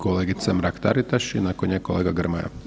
Kolegica Mrak-Taritaš i nakon nje kolega Grmoja.